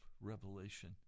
revelation